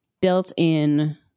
built-in